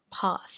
path